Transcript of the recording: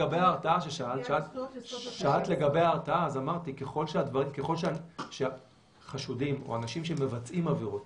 שאלת לגבי ההרתעה אז אמרתי שככל שחשודים או אנשים שמבצעים עבירות